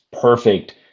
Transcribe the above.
perfect